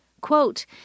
Quote